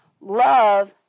Love